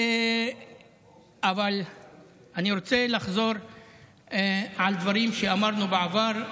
אבל אני רוצה לחזור על דברים שאמרנו בעבר,